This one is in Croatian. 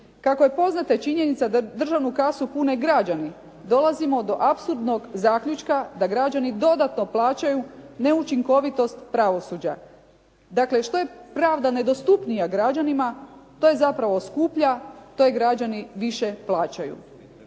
Kako je poznata činjenica da državnu kasu pune građani, dolazimo do apsurdnog zaključka da građani dodatno plaćaju neučinkovitost pravosuđa. Dakle, što je pravda nedostupnija građanima, to je zapravo skuplja, to je građani više plaćaju.